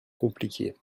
compliquée